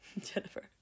Jennifer